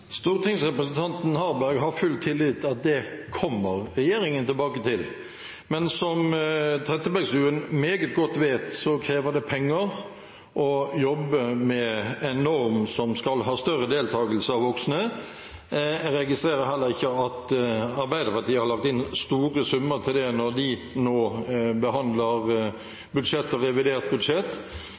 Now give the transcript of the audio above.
Stortingsrepresentanten Harberg har full tillit til at det kommer regjeringen tilbake til, men som Trettebergstuen meget godt vet, krever det penger å jobbe med en norm som skal ha større deltakelse av voksne. Jeg registrerer heller ikke at Arbeiderpartiet har lagt inn store summer til det når de nå behandler budsjett og revidert budsjett,